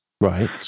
right